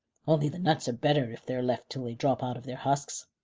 only the nuts are better if they're left till they drop out of their husks.